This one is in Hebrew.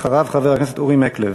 אחריו, חבר הכנסת אורי מקלב.